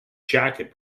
jacket